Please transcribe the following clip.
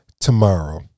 tomorrow